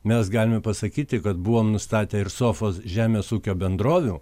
mes galime pasakyti kad buvom nustatę ir sofos žemės ūkio bendrovių